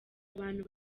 abantu